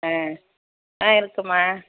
ஆ ஆ இருக்குமா